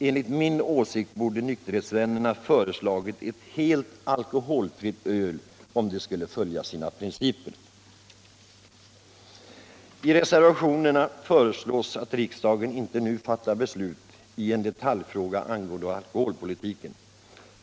Enligt min åsikt borde nykterhetsvännerna ha föreslagit ett helt alkoholfritt öl, om de skulle följa sina principer. I reservationerna föreslås att riksdagen inte nu fattar beslut i en detaljfråga angående alkoholpolitiken.